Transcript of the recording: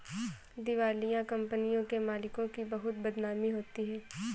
दिवालिया कंपनियों के मालिकों की बहुत बदनामी होती है